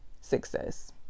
success